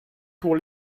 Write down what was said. pour